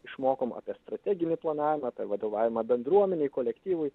išmokom apie strateginį planavimą apie vadovavimą bendruomenei kolektyvui